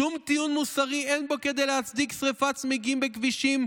שום טיעון מוסרי אין בו כדי להצדיק שרפת צמיגים בכבישים,